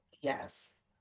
yes